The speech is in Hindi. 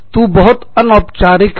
"तू" बहुत अनौपचारिक है